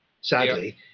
sadly